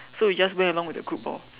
so we just went along with the group lor